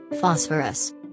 Phosphorus